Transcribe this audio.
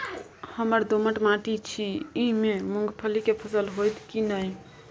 हमर दोमट माटी छी ई में मूंगफली के फसल होतय की नय?